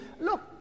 Look